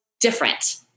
different